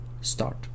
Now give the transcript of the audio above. start